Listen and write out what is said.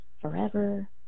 forever